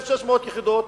1,600 יחידות,